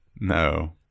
No